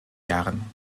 jahren